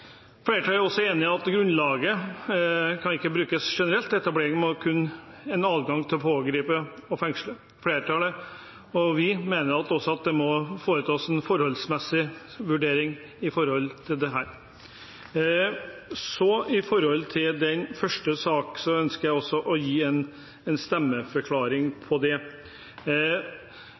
enig i at grunnlaget ikke kan brukes generelt. Endringen etablerer kun en adgang til å pågripe og fengsle. Flertallet, inkludert Venstre, mener også at det må foretas en forholdsmessighetsvurdering. Når det gjelder den første saken, ønsker jeg å gi en stemmeforklaring. I forhold til